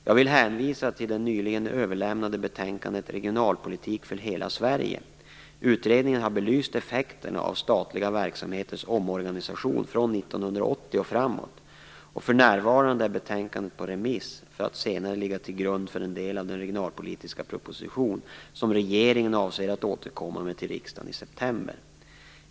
Jag vill hänvisa till det nyligen överlämnade betänkandet Regionalpolitik för hela Sverige. Utredningen har belyst effekterna av statliga verksamheters omorganisation från 1980 och framåt. För närvarande är betänkandet ute på remiss för att senare ligga till grund för en del av den regionalpolitiska proposition som regeringen avser att återkomma med till riksdagen i september.